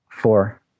Four